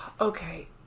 Okay